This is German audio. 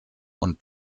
und